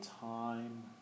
time